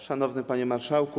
Szanowny Panie Marszałku!